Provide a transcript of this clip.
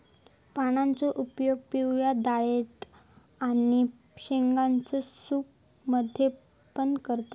पानांचो उपयोग पिवळ्या डाळेत आणि शेंगदाण्यांच्या सूप मध्ये पण करतत